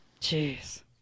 Jeez